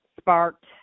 sparked